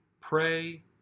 pray